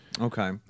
Okay